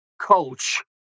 coach